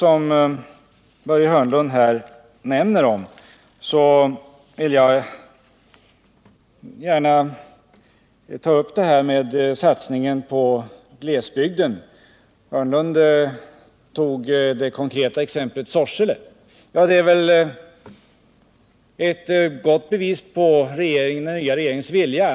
Av Börje Hörnlunds exempel vill jag gärna ta upp satsningen på glesbygden. Börje Hörnlund tog det konkreta exemplet Sorsele. Att lägga fram Vindelälvspaketet är väl ett gott bevis på den nya regeringens vilja.